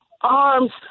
arms